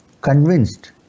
convinced